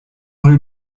rue